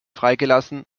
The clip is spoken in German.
freigelassen